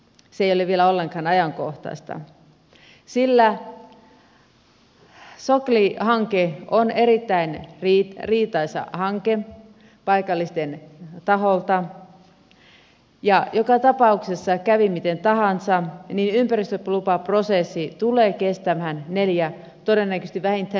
se ei ole vielä ollenkaan ajankohtaista sillä sokli hanke on erittäin riitaisa hanke paikallisten taholta ja joka tapauksessa kävi miten tahansa niin ympäristölupaprosessi tulee kestämään neljä todennäköisesti vähintään viisi vuotta